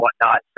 whatnot